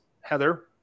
Heather